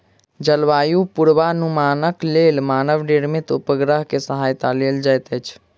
जलवायु पूर्वानुमानक लेल मानव निर्मित उपग्रह के सहायता लेल जाइत अछि